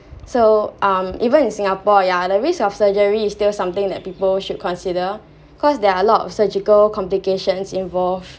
so um even in singapore ya the risk of surgery is still something that people should consider cause there are a lot of surgical complications involved